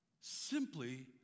simply